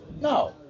No